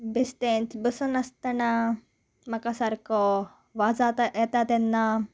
बेस्तेंच बसून आसतना म्हाका सारको वाज येता तेन्ना